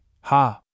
Ha